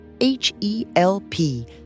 H-E-L-P